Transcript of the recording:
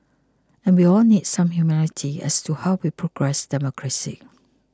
and we all need some humility as to how we progress democracy